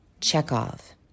Chekhov